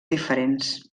diferents